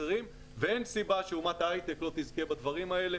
אחרים ואין סיבה שאומת ההייטק לא תזכה בדברים האלה.